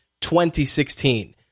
2016